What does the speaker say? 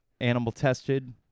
animal-tested